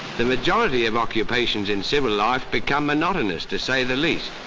the majority of occupations in civil life become monotonous to say the least.